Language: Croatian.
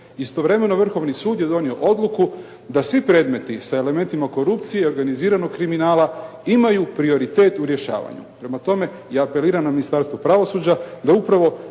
Istovremeno Vrhovni sud je donio odluku da svi predmeti sa elementima korupcije i organiziranog kriminala imaju prioritet u rješavanju. Prema tome ja apeliram na Ministarstvo pravosuđa da upravo